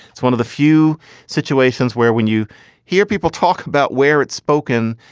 it's one of the few situations where when you hear people talk about where it's spoken,